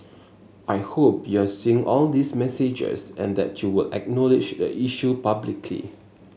I hope you're seeing all these messages and that you will acknowledge the issue publicly